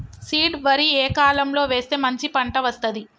Seed వరి ఏ కాలం లో వేస్తే మంచి పంట వస్తది?